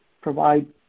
provide